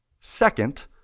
second